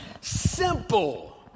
simple